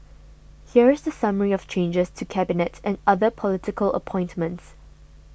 here is the summary of changes to Cabinet and other political appointments